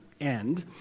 end